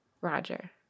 Roger